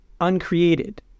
uncreated